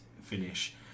finish